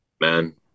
Man